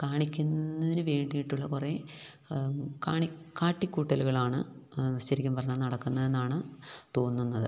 കാണിക്കുന്നതിന് വേണ്ടിയിട്ടുള്ള കുറെ കാട്ടിക്കൂട്ടലുകളാണ് ശരിക്കും പറഞ്ഞാല് നടക്കുന്നതെന്നാണ് തോന്നുന്നത്